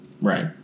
Right